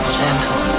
gentle